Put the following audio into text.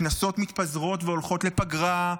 כנסות מתפזרות והולכות לפגרה.